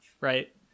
right